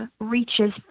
reaches